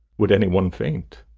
would any one faint?